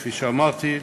כפי שאמרתי,